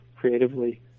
creatively